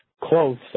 close